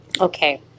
Okay